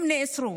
הם נעצרו